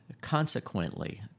consequently